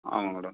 ஆமாம் மேடம்